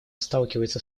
сталкивается